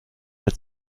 mit